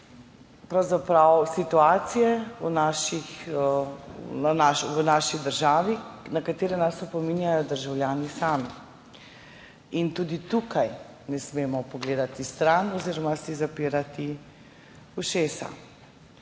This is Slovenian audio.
pravzaprav situacije v naši državi, na katere nas opominjajo državljani sami. In tudi tukaj ne smemo pogledati stran oziroma si zapirati ušes.